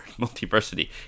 multiversity